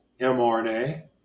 mRNA